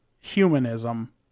humanism